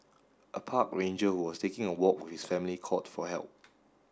a park ranger who was taking a walk with his family called for help